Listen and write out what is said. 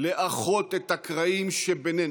לאחות את הקרעים שבינינו.